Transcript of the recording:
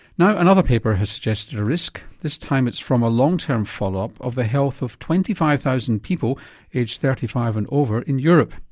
now another paper has suggested a risk. this time it's from a long term follow up of the health of twenty five thousand people aged thirty five and over in europe.